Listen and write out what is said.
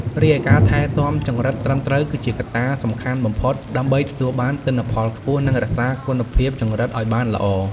រីឯការថែទាំចង្រិតត្រឹមត្រូវគឺជាកត្តាសំខាន់បំផុតដើម្បីទទួលបានទិន្នផលខ្ពស់ និងរក្សាគុណភាពចង្រិតឲ្យបានល្អ។